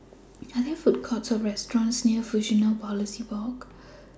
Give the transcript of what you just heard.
Are There Food Courts Or restaurants near Fusionopolis Walk